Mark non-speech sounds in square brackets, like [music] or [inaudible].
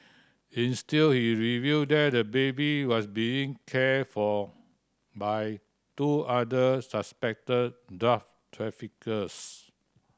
[unintelligible] he revealed that the baby was being cared for by two other suspected [unintelligible] traffickers